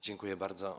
Dziękuję bardzo.